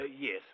Yes